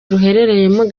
ruherereyemo